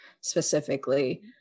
specifically